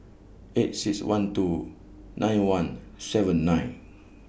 eight six one two nine one seven nine